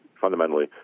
fundamentally